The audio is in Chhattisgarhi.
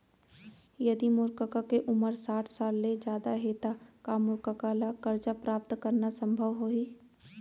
यदि मोर कका के उमर साठ साल ले जादा हे त का मोर कका ला कर्जा प्राप्त करना संभव होही